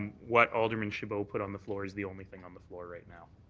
what alderman chabot put on the floor is the only thing on the floor right now.